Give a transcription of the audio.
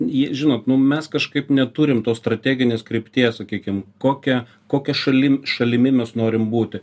jį žinok nu mes kažkaip neturim tos strateginės krypties sakykim kokia kokia šalim šalimi mes norim būti